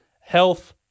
health